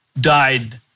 died